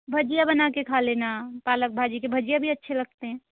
भजिया बना के खा लेना पालक भाजी के भजिया भी अच्छे लगते हैं